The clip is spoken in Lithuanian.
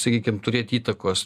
sakykim turėt įtakos